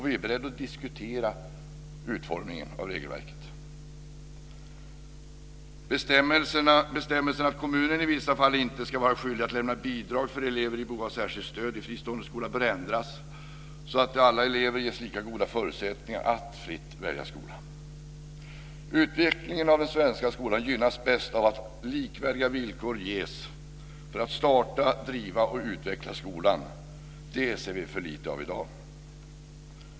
Vi är beredda att diskutera utformningen av regelverket. Bestämmelsen att kommunen i vissa fall inte ska vara skyldig att lämna bidrag för elever i behov av särskilt stöd i fristående skola bör ändras så att alla elever ges lika goda förutsättningar att fritt välja skola. Utvecklingen av den svenska skolan gynnas bäst av att likvärdiga villkor ges för att starta, driva och utveckla skolan. Det ser vi för lite av i dag.